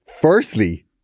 firstly